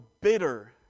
bitter